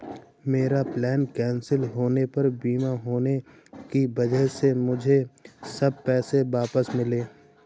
मेरा plane cancel होने पर बीमा होने की वजह से मुझे सब पैसे वापस मिले